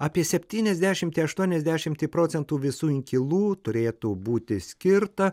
apie septyniasdešimtį aštuoniasdešimtį procentų visų inkilų turėtų būti skirta